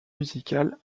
musicales